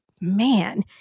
man